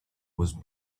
was